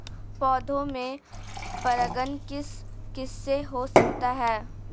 पौधों में परागण किस किससे हो सकता है?